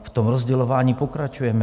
V tom rozdělování pokračujeme.